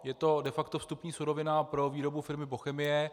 Je to de facto vstupní surovina pro výrobu firmy Bochemie.